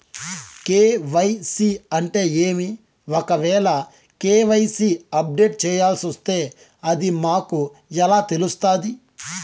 KYC అంటే ఏమి? ఒకవేల కె.వై.సి అప్డేట్ చేయాల్సొస్తే అది మాకు ఎలా తెలుస్తాది?